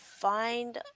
find